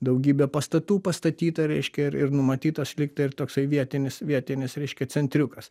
daugybė pastatų pastatyta reiškia ir ir numatyta lyg tai ir toksai vietinis vietinis reiškia centriukas